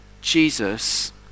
Jesus